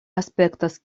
aspektas